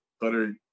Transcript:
butter